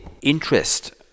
interest